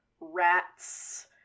rats